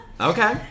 Okay